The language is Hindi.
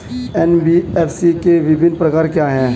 एन.बी.एफ.सी के विभिन्न प्रकार क्या हैं?